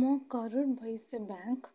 ମୋ କରୂର୍ ବୈଶ୍ୟ ବ୍ୟାଙ୍କ୍